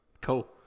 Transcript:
Cool